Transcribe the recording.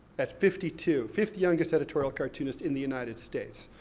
at fifty two, fifth youngest editorial cartoonist in the united states.